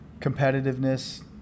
competitiveness